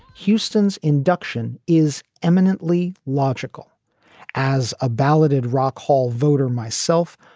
houston's induction is eminently logical as a balloted rock hall voter myself,